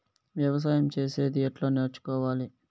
వ్యవసాయం చేసేది ఎట్లా నేర్చుకోవాలి?